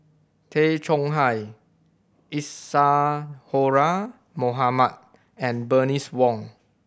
Tay Chong Hai Isadhora Mohamed and Bernice Wong